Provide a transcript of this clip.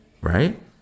right